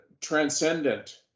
transcendent